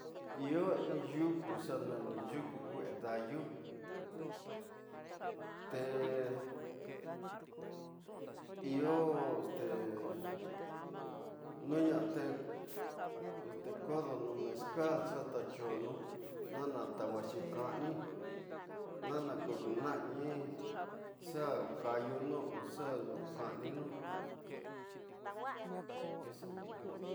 Iyo, in yuku, xa nini yuku kué dayu te iyo, te, no no te kodoni meska xata tyonu ñna tawuasa tyí kani ñona kuyñi xa kayinu oxa ñu kagninu.